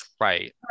Right